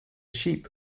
sheep